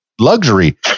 luxury